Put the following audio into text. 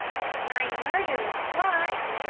my murderous plots?